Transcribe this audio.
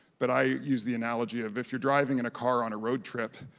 but i use the analogy of if you're driving in a car on a road trip,